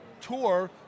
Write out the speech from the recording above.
tour